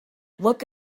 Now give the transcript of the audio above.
look